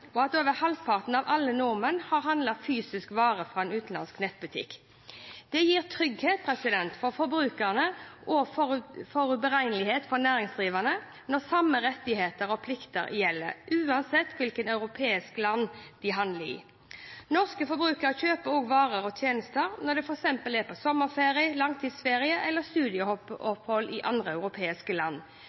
og at over halvparten av alle nordmenn har handlet en fysisk vare fra en utenlandsk nettbutikk. Det gir trygghet for forbrukerne og forutberegnelighet for næringsdrivende, når samme rettigheter og plikter gjelder, uansett hvilket europeisk land de handler i. Norske forbrukere kjøper også varer og tjenester når de f.eks. er på sommerferie, langtidsferie eller studieopphold i andre europeiske land.